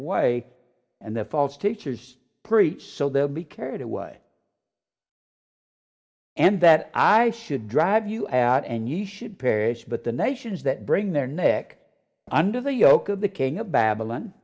away and the false teachers preach so they will be carried away and that i should drive you at and you should perish but the nations that bring their neck under the yoke of the king of babylon